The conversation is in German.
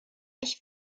ich